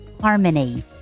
harmony